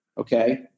Okay